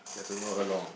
get to know her long